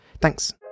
Thanks